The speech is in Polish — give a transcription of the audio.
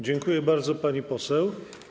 Dziękuję bardzo, pani poseł.